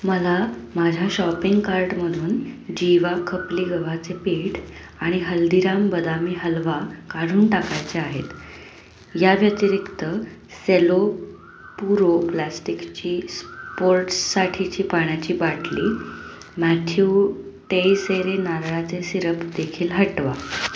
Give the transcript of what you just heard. मला माझ्या शॉपिंग कार्टमधून जीवा खपली गव्हाचे पीठ आणि हल्दीराम बदामी हलवा काढून टाकायचे आहेत या व्यतिरिक्त सेलो पुरो प्लास्टिकची स्पोर्ट्ससाठीची पाण्याची बाटली मॅथ्यू टेइसेरे नारळाचे सिरप देखील हटवा